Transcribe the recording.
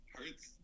Hurts